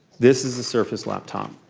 this is the surface laptop.